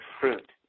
fruit